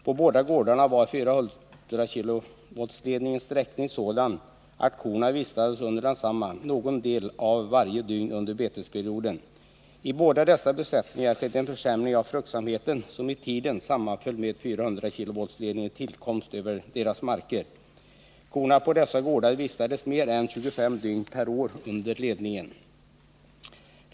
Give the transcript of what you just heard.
På båda gårdarna var ledningens sträckning sådan att korna vistades under densamma under någon del av varje dygn under betesperioden. I båda dessa besättningar skedde en försämring av fruktsamheten som i tiden sammanföll med 400 kV-ledningens tillkomst över deras marker. Korna på dessa gårdar vistades mer än 25 dygn per år under ledningen.